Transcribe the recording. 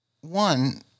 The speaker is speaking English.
one